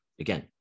Again